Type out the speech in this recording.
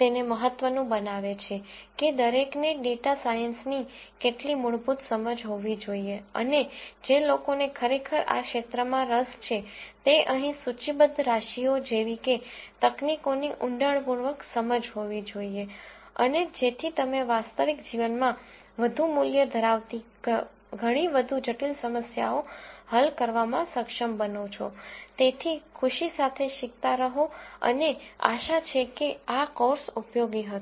તેને મહત્વનું બનાવે છે કે દરેકને ડેટા સાયન્સની કેટલીક મૂળભૂત સમજ હોવી જોઈએ અને જે લોકોને ખરેખર આ ક્ષેત્રમાં રસ છે તે અહીં લિસ્ટ કરેલી તકનીકોની ઊંડાણપૂર્વકની સમજ હોવી જોઈએ અને જેથી તમે વાસ્તવિક જીવનમાં વધુ મૂલ્ય ધરાવતી ઘણી વધુ જટિલ સમસ્યાઓ હલ કરવામાં સક્ષમ બનો છો તેથી ખુશી સાથે શીખતા રહો અને આશા છે કે આ કોર્સ ઉપયોગી હતો